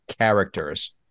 characters